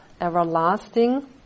everlasting